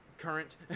current